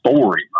story